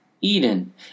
Eden